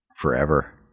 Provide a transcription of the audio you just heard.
Forever